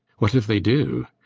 what if they do?